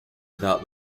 without